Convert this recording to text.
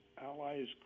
allies